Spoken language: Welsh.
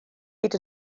hyd